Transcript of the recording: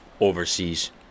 Overseas